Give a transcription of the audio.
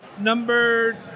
Number